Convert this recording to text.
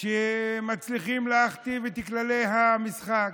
שבו הם מצליחים להכתיב את כללי המשחק.